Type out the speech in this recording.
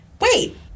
wait